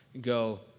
go